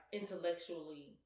intellectually